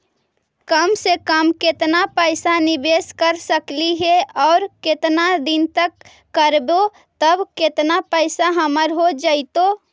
कम से कम केतना पैसा निबेस कर सकली हे और केतना दिन तक करबै तब केतना पैसा हमर हो जइतै?